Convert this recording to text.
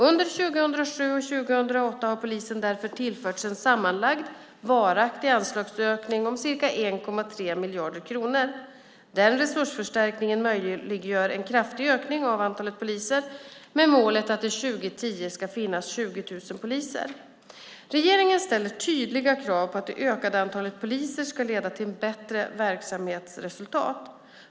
Under 2007 och 2008 har polisen därför tillförts en sammanlagd varaktig anslagsökning om ca 1,3 miljarder kronor. Den resursförstärkningen möjliggör en kraftig ökning av antalet poliser med målet att det 2010 ska finnas 20 000 poliser. Regeringen ställer tydliga krav på att det ökade antalet poliser ska leda till ett bättre verksamhetsresultat.